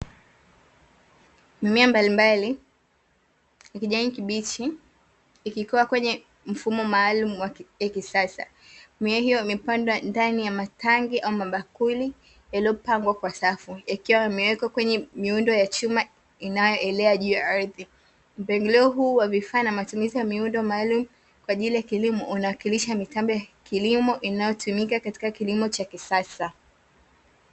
Mimea mbalimbali ya kijani kibichi, ikikua kwenye mfumo maalumu wa kisasa. Mimea hiyo imepandwa ndani ya matangi ama mabakuli yaliyopangwa kwa safu, yakiwa yamewekwa kwenye miundo ya chuma inayo elea juu ya ardhi. Mpangilio huu wa vifaa na matumizi ya miundo maalumu kwa ajili ya kilimo inawakilisha mitambo ya kilimo inayotumika katika kilimo cha kisasa.